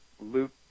luke